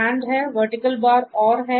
NOT है